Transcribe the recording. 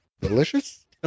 Delicious